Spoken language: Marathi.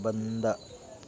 बंद